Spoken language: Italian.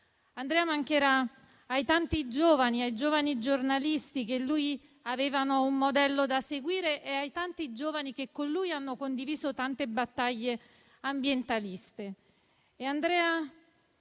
Andrea mancherà ai tanti giovani giornalisti che in lui avevano un modello da seguire e ai tanti giovani che con lui hanno condiviso tante battaglie ambientaliste.